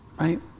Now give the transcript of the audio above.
Right